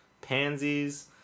pansies